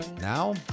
now